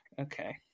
okay